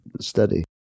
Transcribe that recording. steady